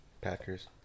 Packers